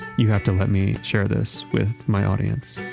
you have to let me share this with my audience.